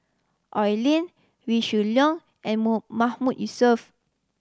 Oi Lin Wee Shoo Leong and Mahmood Yusof